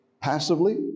passively